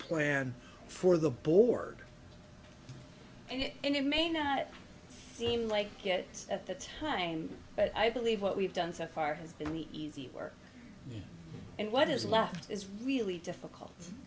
plan for the board and it may not seem like it at the time but i believe what we've done so far has been the easy work and what is left is really difficult and